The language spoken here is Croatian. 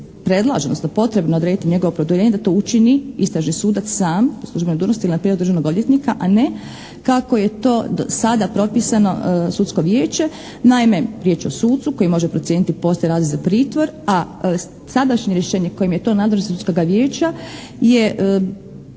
predlaže, odnosno potrebno je odrediti njegovo produljenje da to učini istražni sudac sam, po službenoj dužnosti ili na prijedlog državnog odvjetnika, a ne kako je to do sada propisano sudsko vijeće. Naime, riječ je o sucu koji može procijeniti postoji li razlog za pritvor, a sadašnje rješenje kojim je to nadležnost sudskoga vijeća je